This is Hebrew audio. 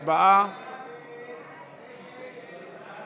ההצעה להעביר את הצעת חוק יישוב